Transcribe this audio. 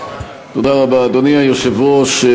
אדוני היושב-ראש,